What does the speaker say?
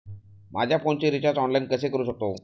माझ्या फोनचे recharge online कसे करू शकतो?